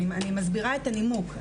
אני מסבירה את הנימוק,